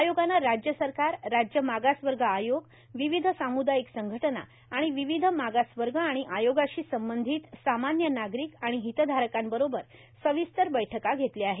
आयोगानं राज्य सरकार राज्य मागास वर्ग आयोग विविध साम्दायिक संघटना आणि विविध मागास वर्ग आणि आयोगाशी संबंधित सामान्य नागरिक आणि हितधारकांबरोबर सविस्तर बैठका घेतल्या आहेत